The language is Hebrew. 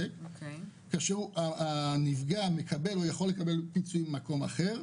כאשר הנפגע יכול לקבל פיצוי ממקום אחרי,